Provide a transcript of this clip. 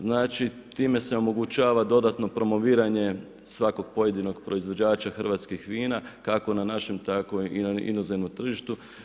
Znači time se omogućava dodatno promoviranje svakog pojedinog proizvođača hrvatskih vina kako na našim tako i na inozemnom tržištu.